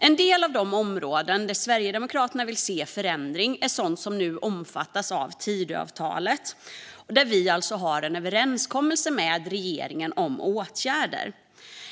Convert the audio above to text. En del av de områden där Sverigedemokraterna vill se förändring är sådant som nu omfattas av Tidöavtalet, där vi alltså har en överenskommelse med regeringen om åtgärder.